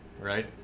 Right